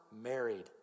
married